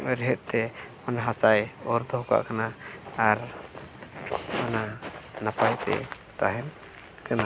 ᱨᱮᱦᱮᱫ ᱛᱮ ᱚᱱᱟ ᱦᱟᱥᱟᱭ ᱚᱨ ᱫᱚᱦᱚ ᱠᱟᱜ ᱠᱟᱱᱟ ᱟᱨ ᱚᱱᱟ ᱱᱟᱯᱟᱭᱛᱮ ᱛᱟᱦᱮᱱ ᱠᱟᱱᱟ